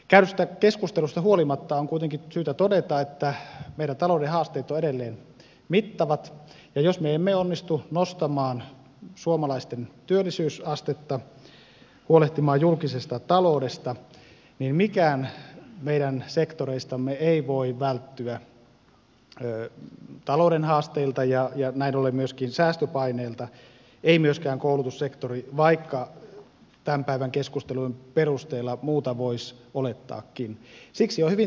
käydystä keskustelusta huolimatta on kuitenkin syytä todeta että meidän talouden haasteet ovat edelleen mittavat ja jos me emme onnistu nostamaan suomalaisten työllisyysastetta huolehtimaan julkisesta taloudesta niin mikään meidän sektoreistamme ei voi välttyä talouden haasteilta ja näin ollen myöskään säästöpaineilta ei myöskään koulutussektori vaikka tämän päivän keskustelujen perusteella muuta voisi olettaakin